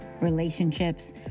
relationships